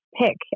pick